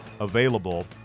available